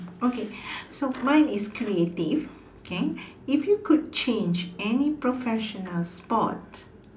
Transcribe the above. okay so mine is creative okay if you could change any professional sport